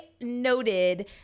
noted